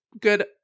good